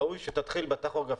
ראוי שתתחיל בטכוגרף.